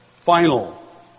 final